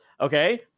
okay